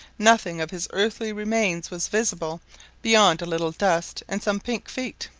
nothing of his earthly remains was visible beyond a little dust and some pink feet.